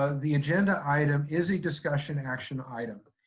ah the agenda item is a discussion action item.